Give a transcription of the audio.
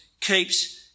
keeps